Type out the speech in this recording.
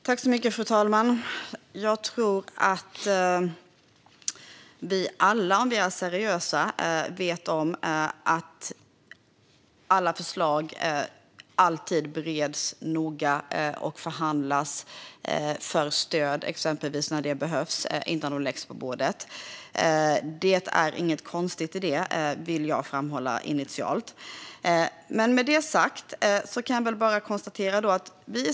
Fru talman! Jag tror att vi alla, om vi är seriösa, vet att alla förslag alltid bereds noga och förhandlas för stöd, när det behövs, innan de läggs på bordet. Det är inget konstigt i det, vill jag initialt framhålla.